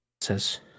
says